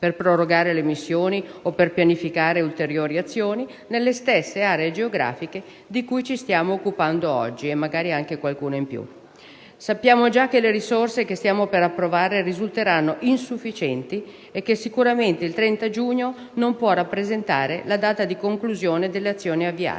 per prorogare le missioni o per pianificare ulteriori azioni nelle stesse aree geografiche di cui ci stiamo occupando oggi, e magari anche qualcuna in più. Sappiamo già che le risorse che stiamo per approvare risulteranno insufficienti e che sicuramente il 30 giugno non può rappresentare la data di conclusione delle azioni avviate.